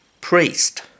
priest